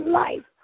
life